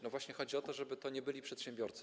No właśnie chodzi o to, żeby to nie byli przedsiębiorcy.